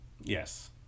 Yes